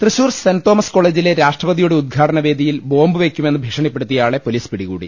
Thrissur saint Thomas കോളെജിലെ രാഷ്ട്രപതിയുടെ ഉദ്ഘാടന വേദിയിൽ ബോംബ് വെയ്ക്കുമെന്ന് ഭീഷണിപ്പെടു ത്തിയ ആളെ പൊലീസ് പിടികൂടി